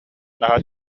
наһаа